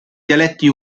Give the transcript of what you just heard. dialetti